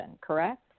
correct